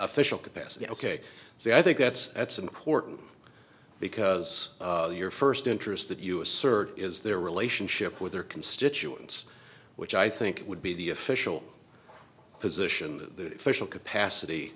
capacity capacity ok so i think that's that's important because your first interest that you assert is their relationship with their constituents which i think would be the official position the official capacity